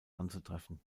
anzutreffen